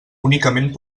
únicament